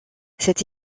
cet